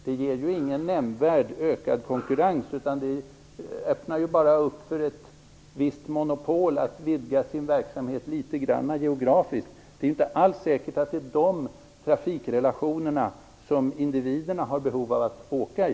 Det ger ingen nämnvärd ökad konkurrens utan öppnar bara för ett visst monopol att vidga sin verksamhet litet grand geografiskt. Det är inte alls säkert att det är de trafikrelationerna som individerna har behov av att åka i.